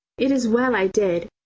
it is well i did!